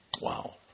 wow